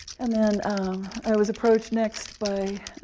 and then i was approached next by